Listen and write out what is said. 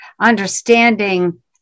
understanding